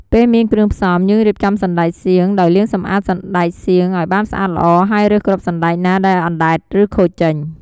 ពេលមានគ្រឿងផ្សំ យើងរៀបចំសណ្ដែកសៀង ដោយលាងសម្អាតសណ្ដែកសៀងឱ្យបានស្អាតល្អ ហើយរើសគ្រាប់សណ្ដែកណាដែលអណ្ដែត ឬខូចចេញ។